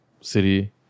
city